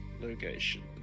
location